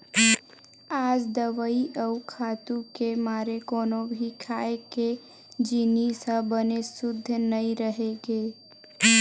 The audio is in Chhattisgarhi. आज दवई अउ खातू के मारे कोनो भी खाए के जिनिस ह बने सुद्ध नइ रहि गे